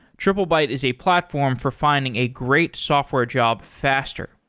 triplebyte is a platform for finding a great software job faster.